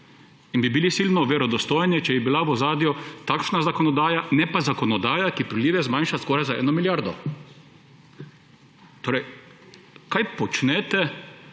In bi bili silno verodostojni, če bi bila v ozadju takšna zakonodaja, ne pa zakonodaja, ki prilive zmanjša skoraj za eno milijardo. Torej kaj počnete,